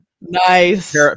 nice